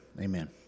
Amen